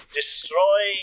Destroy